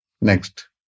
Next